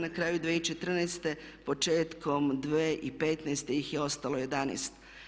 Na kraju 2014. početkom 2015. ih je ostalo 11.